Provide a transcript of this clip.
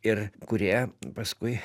ir kurie paskui